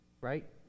right